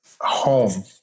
home